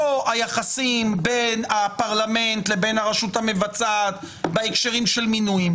היחסים בין הפרלמנט לבין הרשות המבצעת בהקשרים של מינויים,